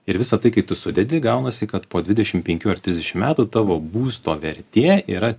ir visa tai ką tu sudedi gaunasi kad po dvidešimt penkių ar trisdešimt metų tavo būsto vertė yra